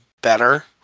better